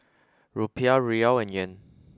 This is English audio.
Rupiah Riyal and Yen